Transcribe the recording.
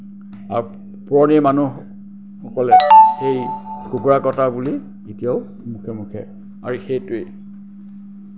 আৰু পুৰণি মানুহসকলে সেই কুকুৰা কটা বুলি এতিয়াও মুখে মুখে আৰু সেইটোৱে